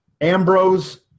Ambrose